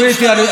תנו לי שנייה.